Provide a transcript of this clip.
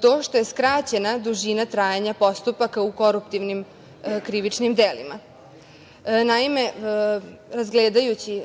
to što je skraćena dužina trajanja postupaka u koruptivnim krivičnim delima. Naime, razgledajući